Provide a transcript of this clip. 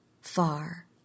far